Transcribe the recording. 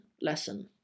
lesson